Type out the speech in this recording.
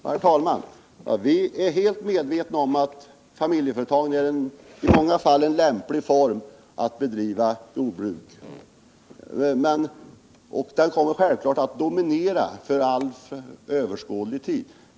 Herr talman! Vi är helt medvetna om att familjeföretagen i många fall är en lämplig form för att bedriva jordbruk, och den brukningsformen kommer självfallet att dominera under överskådlig tid.